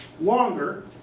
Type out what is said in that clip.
longer